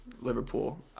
Liverpool